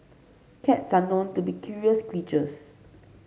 cats are known to be curious creatures